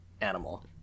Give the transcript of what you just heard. animal